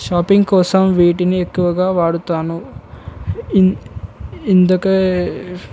shopping కోసం వీటిని ఎక్కువగా వాడతాను ఇన్ ఇందుకే